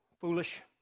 foolish